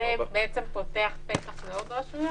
זה פותח פתח לעוד רשויות?